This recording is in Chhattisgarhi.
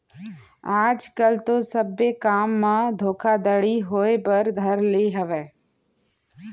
आज कल तो सब्बे काम म धोखाघड़ी होय बर धर ले हावय